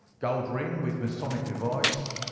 gold ring, with masonic device.